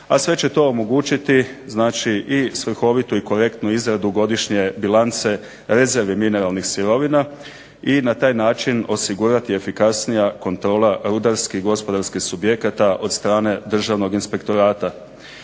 a sve će to omogućiti i svrhovitu i korektnu izradu godišnje bilance rezervi mineralnih sirovina i na taj način osigurati efikasnija kontrola rudarskih gospodarskih subjekata od strane Državnog inspektorata.